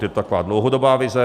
Je to taková dlouhodobá vize.